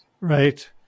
Right